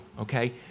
okay